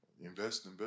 Invest